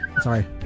sorry